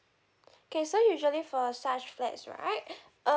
okay so usually for such flats right err